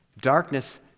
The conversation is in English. Darkness